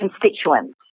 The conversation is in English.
constituents